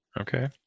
okay